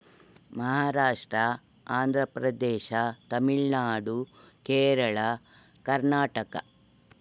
Maharashtra Andhra Pradesh Tamil Nadu Kerala Karnataka